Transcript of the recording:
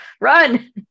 Run